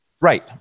Right